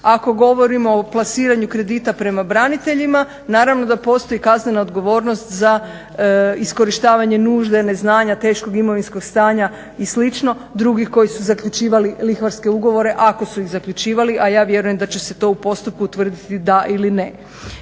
Ako govorimo o plasiranju kredita prema braniteljima naravno da postoji i kaznena odgovornost za iskorištavanje nužde, neznanja, teškog imovinskog stanja i slično drugih koji su zaključivali lihvarske ugovore ako su ih zaključivali, a ja vjerujem da će se to u postupku utvrditi da ili ne.